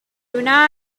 wna